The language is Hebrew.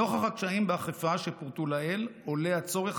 נוכח הקשיים באכיפה שפורטו לעיל עולה הצורך